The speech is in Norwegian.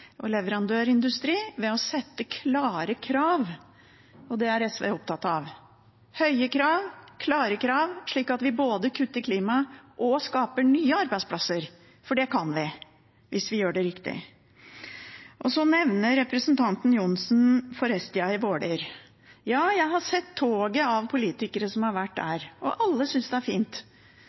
og leverandørindustri ved å sette klare krav. Det er SV opptatt av – høye krav, klare krav – slik at vi både kutter klimagassutslipp og skaper nye arbeidsplasser, for det kan vi hvis vi gjør det riktig. Representanten Johnsen nevner Forestia i Våler. Ja, jeg har sett toget av politikere som har vært der, og alle synes det er fint.